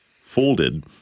folded